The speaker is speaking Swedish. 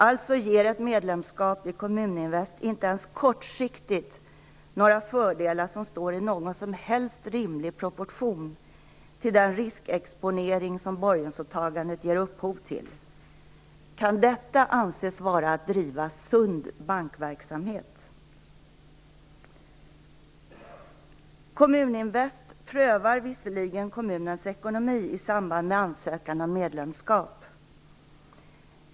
Alltså ger ett medlemskap i Kommuninvest inte ens kortsiktigt några fördelar som står i någon som helst rimlig proportion till den riskexponering som borgensåtagandet ger upphov till. Kan detta anses vara att driva sund bankverksamhet? Kommuninvest prövar visserligen kommunens ekonomi i samband med ansökan om medlemskap.